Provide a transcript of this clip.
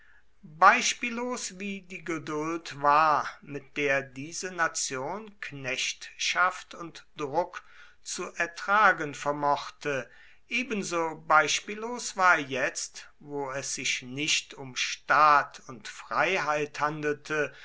beispiellos wie die geduld war mit der diese nation knechtschaft und druck zu ertragen vermochte ebenso beispiellos war jetzt wo es sich nicht um staat und freiheit handelte